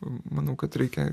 manau kad reikia